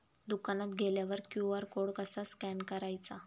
दुकानात गेल्यावर QR code कसा स्कॅन करायचा?